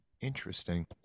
interesting